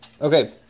Okay